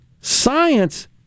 Science